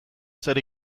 zer